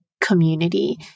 community